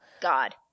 God